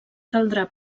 caldrà